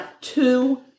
two